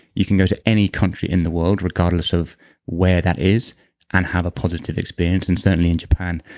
you can go to any country in the world, regardless of where that is and have a positive experience. and certainly, in japan,